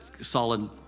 solid